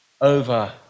over